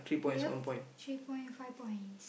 ya three point and five point